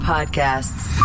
Podcasts